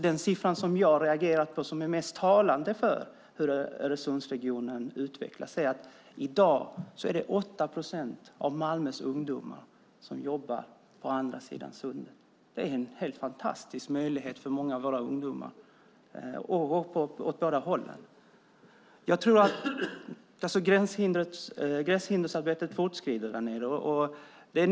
Den siffra som är mest talande när det gäller hur Öresundsregionen utvecklas är att det i dag är 8 procent av Malmös ungdomar som jobbar på andra sidan sundet. Det är en helt fantastisk möjlighet för ungdomar från båda hållen. Gränshindersarbetet fortskrider därnere.